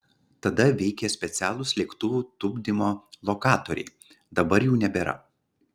tada veikė specialūs lėktuvų tupdymo lokatoriai dabar jų nebėra